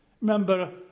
Remember